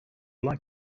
like